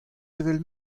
evel